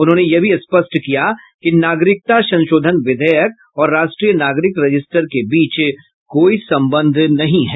उन्होंने यह भी स्पष्ट किया कि नागरिकता संशोधन विधेयक और राष्ट्रीय नागरिक रजिस्टर के बीच कोई संबंध नहीं है